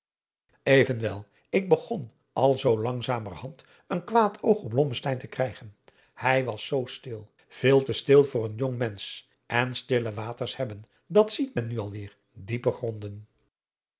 evenwel ik begon al zoo langzamerhand een kwaad oog op blommesteyn te krijgen hij was zoo stil veel te stil voor een jong mensch en stille waters hebben dat ziet men nu alweêr diepe gronden